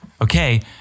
okay